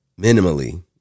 Minimally